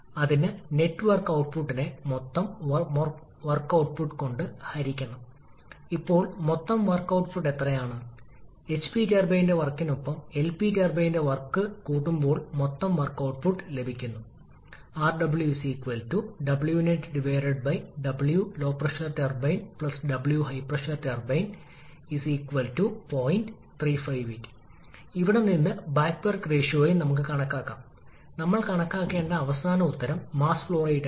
അതിനാൽ കംപ്രസ്സർ ഇന്റർകൂളിംഗിനൊപ്പം മൾട്ടി സ്റ്റേജിംഗിന് വിധേയമാകുമ്പോൾ കംപ്രഷന്റെ രണ്ട് ഘട്ടങ്ങൾക്കും സമാനമായ സമ്മർദ്ദ അനുപാതം നൽകേണ്ടതാണ് മാത്രമല്ല ഇതിന് സാധ്യമായ ഏറ്റവും കുറഞ്ഞ ഇൻപുട്ട് ആവശ്യകത നമ്മൾക്ക് ആവശ്യമാണെന്ന് ഉറപ്പാക്കാനും കഴിയും